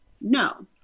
no